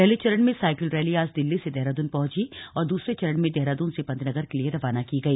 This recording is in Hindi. पहले चरण में साइकिल रैली आज दिल्ली से देहरादून पहुंची और दूसरे चरण में देहरादून से पंतनगर के लिए रवाना की गई